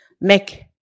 make